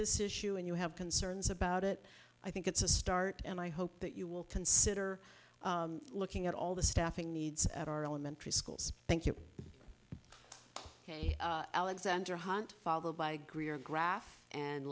this issue and you have concerns about it i think it's a start and i hope that you will consider looking at all the staffing needs at our elementary schools thank you alexander hunt followed by grier graf and